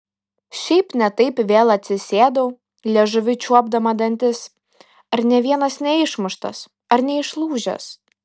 šiaip ne taip vėl atsisėdau liežuviu čiuopdama dantis ar nė vienas neišmuštas ar neišlūžęs